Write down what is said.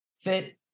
Fit